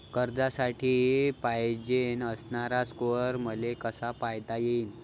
कर्जासाठी पायजेन असणारा स्कोर मले कसा पायता येईन?